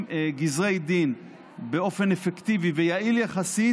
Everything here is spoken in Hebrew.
גזרי דין באופן אפקטיבי ויעיל יחסית,